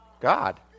God